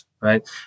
right